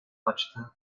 açtı